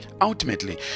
ultimately